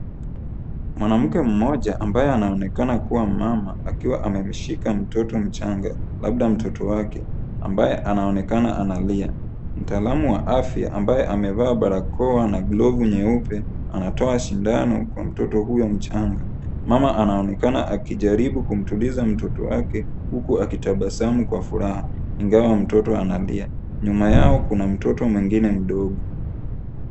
Mwanamke mmoja ambaye anaonekana kuwa mama akiwa amemshika mtoto mchanga amebeba mtoto wake ambaye anaonekana analia. Mtaalamu wa afya ambaye amevaa barakoa na glovu nyeupe anatoa sindano kwa mtoto huyo mchanga. Mama anaoekana akijaribu kumtuliza mtoto wake huku akitabasamu kwa furaha ingawa mtoto analia. Nyuma yao kuna mtoto mwingine mdogo.